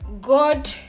God